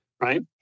right